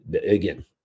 again